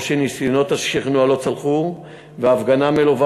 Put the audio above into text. או שניסיונות השכנוע לא צלחו וההפגנה מלווה